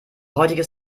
heutiges